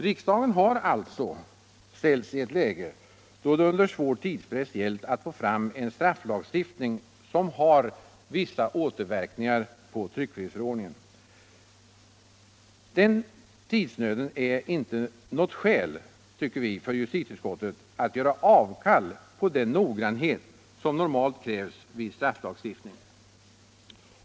Riksdagen har alltså ställts i ett läge, då det under svår tidspress gällt att få fram en strafflagstiftning, som har vissa återverkningar på tryckfrihetsförordningen. Den tidsnöden är inte något skäl, tycker vi, för justitieutskottet att göra avkall på den noggrannhet som normalt krävs vid strafflagstiftning.